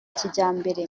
kijyambere